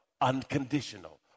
Unconditional